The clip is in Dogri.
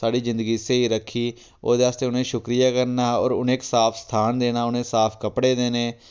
साढ़ी जिंदगी स्हेई रक्खी ओह्दे आस्तै उनेंगी शुक्रिया करना होर उनेंगी इक साफ स्थान देना उनेंगी साफ कपड़े देने